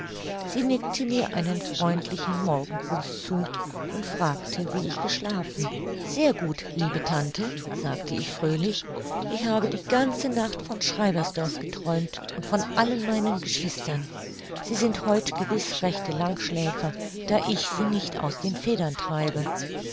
sie nickte mir einen freundlichen morgengruß zu und fragte wie ich geschlafen sehr gut liebe tante sagte ich fröhlich ich habe die ganze nacht von schreibersdorf geträumt und von all meinen geschwistern sie sind heut gewiß rechte langschläfer da ich sie nicht aus den federn treibe